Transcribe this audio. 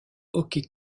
hockey